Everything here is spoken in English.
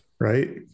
Right